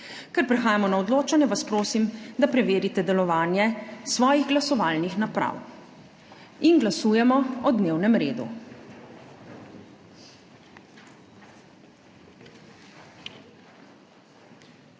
Ker prehajamo na odločanje, vas prosim, da preverite delovanje svojih glasovalnih naprav. Glasujemo o dnevnem redu.